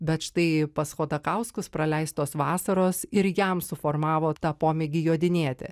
bet štai pas chodakauskus praleistos vasaros ir jam suformavo tą pomėgį jodinėti